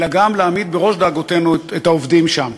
אלא גם להעמיד בראש דאגותינו את העובדים שם.